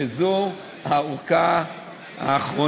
לציין שזאת הפעם הראשונה,